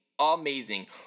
amazing